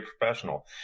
professional